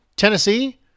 Tennessee